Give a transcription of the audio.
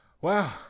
Wow